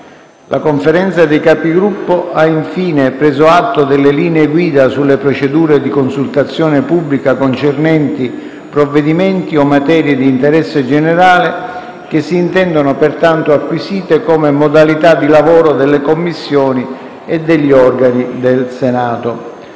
La Conferenza dei Capigruppo ha infine preso atto delle linee guida sulle procedure di consultazione pubblica concernenti provvedimenti o materie di interesse generale che si intendono pertanto acquisite come modalità di lavoro delle Commissioni e degli organi del Senato.